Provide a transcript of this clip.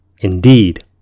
Indeed